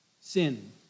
Sin